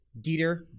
Dieter